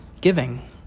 giving